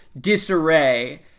disarray